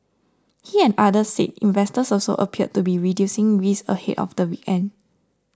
he and others said investors also appeared to be reducing risk ahead of the weekend